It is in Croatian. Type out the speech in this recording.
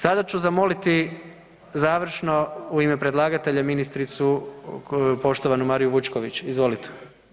Sada ću zamoliti završno u ime predlagatelja ministricu poštovanu Mariju Vučković, izvolite.